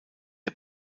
der